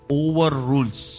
overrules